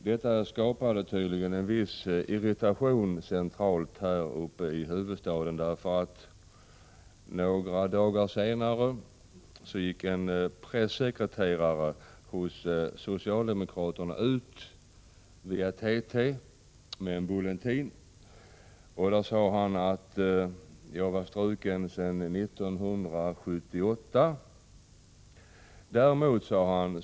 Detta skapade tydligen en viss irritation centralt här uppe i huvudstaden. Några dagar senare gick nämligen en pressekreterare hos socialdemokraterna ut via TT med en bulletin om att jag sedan 1978 var struken som medlem.